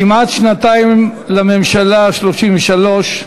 כמעט שנתיים לממשלה ה-33,